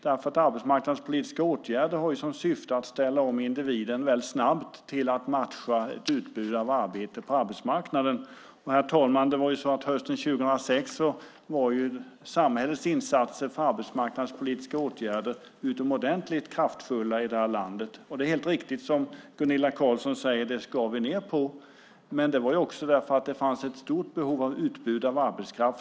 Arbetsmarknadspolitiska åtgärder har som syfte att snabbt ställa om individen till att matcha utbud av arbete på arbetsmarknaden. Herr talman! Hösten 2006 var samhällets insatser för arbetsmarknadspolitiska åtgärder utomordentligt kraftfulla i det här landet. Det är helt riktigt som Gunilla Carlsson säger - det skar vi ned på. Men det gjordes också därför att fanns ett stort behov av utbud av arbetskraft.